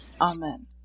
Amen